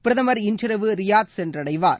பிரதமர் இன்றிரவு ரியாத் சென்றடைவார்